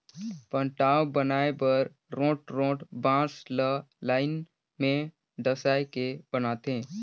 पटांव बनाए बर रोंठ रोंठ बांस ल लाइन में डसाए के बनाथे